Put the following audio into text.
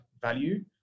value